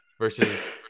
versus